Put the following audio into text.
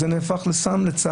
הסאונד הופך לצעקה.